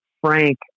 Frank